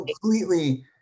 completely